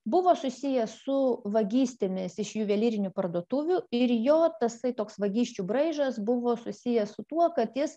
buvo susijęs su vagystėmis iš juvelyrinių parduotuvių ir jo tasai toks vagysčių braižas buvo susijęs su tuo kad jis